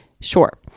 Sure